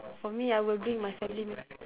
for me I will bring my family members